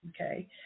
okay